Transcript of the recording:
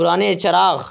پرانے چراغ